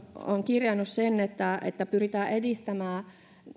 on kirjannut sen että että pyritään edistämään